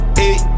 hey